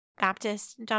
Baptist